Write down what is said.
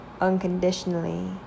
unconditionally